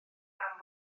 mam